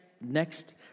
next